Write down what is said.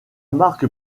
marque